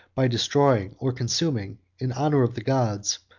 by destroying or consuming, in honor of the gods,